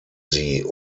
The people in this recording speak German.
sie